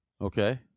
okay